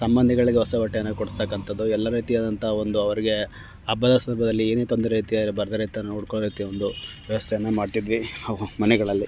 ಸಂಬಂಧಿಗಳಿಗೆ ಹೊಸ ಬಟ್ಟೇನ ಕೊಡ್ಸತಕ್ಕಂಥದ್ದು ಎಲ್ಲ ರೀತಿಯಾದಂಥ ಒಂದು ಅವ್ರಿಗೆ ಹಬ್ಬದ ಸಂದರ್ಭ್ದಲ್ಲಿ ಏನೆ ತೊಂದರೆ ರೀತಿ ಬರದೆ ರೀತಿ ನೋಡ್ಕೊಳ್ಳೋದಕ್ಕೆ ಒಂದು ವ್ಯವಸ್ಥೆನ ಮಾಡ್ತಿದ್ವಿ ಮನೆಗಳಲ್ಲಿ